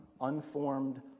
unformed